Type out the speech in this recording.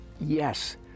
yes